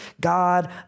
God